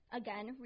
again